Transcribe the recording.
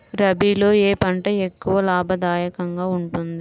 రబీలో ఏ పంట ఎక్కువ లాభదాయకంగా ఉంటుంది?